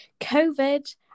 COVID